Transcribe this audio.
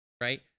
right